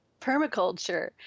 Permaculture